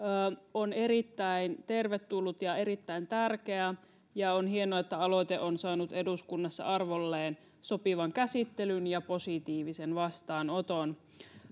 on erittäin tervetullut ja erittäin tärkeä ja on hienoa että aloite on saanut eduskunnassa arvolleen sopivan käsittelyn ja positiivisen vastaanoton